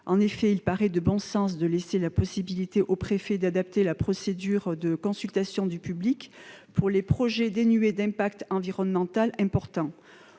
En effet, il paraît de bon sens de laisser la possibilité au préfet d'adapter la procédure de consultation du public pour les projets dénués d'impact environnemental important.